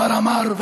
כבר אמר,